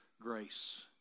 grace